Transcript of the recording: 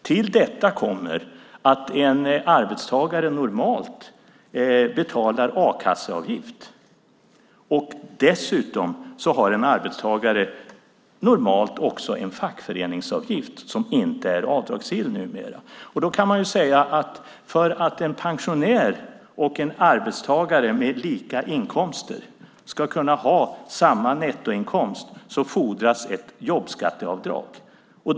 Till detta kommer att en arbetstagare normalt betalar a-kasseavgift, och dessutom har en arbetstagare normalt också en fackföreningsavgift, som numera inte är avdragsgill. Då kan man säga att för att en pensionär och en arbetstagare med lika inkomster ska kunna ha samma nettoinkomst fordras ett jobbskatteavdrag.